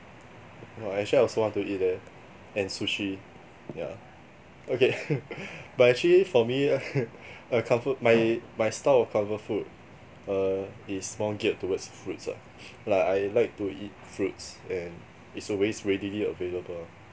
!wah! actually I also want to eat leh and sushi yeah okay but actually for me I comfort my my style of comfort food err is more geared towards fruits lah like I like to eat fruits and it's always readily available lah